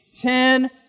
ten